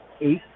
eight